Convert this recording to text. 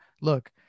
look